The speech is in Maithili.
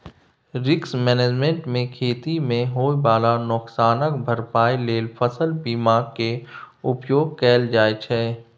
रिस्क मैनेजमेंट मे खेती मे होइ बला नोकसानक भरपाइ लेल फसल बीमा केर उपयोग कएल जाइ छै